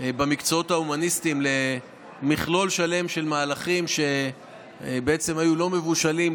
במקצועות ההומניים למכלול שלם של מהלכים שבעצם היו לא מבושלים,